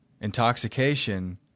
Intoxication